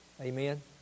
Amen